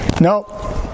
No